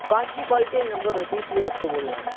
کانچ کی کوالٹی ایک نمبر ہوتی ہے اس لیے آپ کو بول رہا ہوں